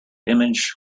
image